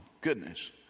Goodness